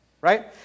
right